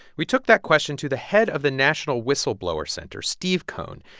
we took that question to the head of the national whistleblower center, steve kohn.